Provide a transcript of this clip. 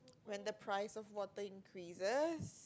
when the price of water increases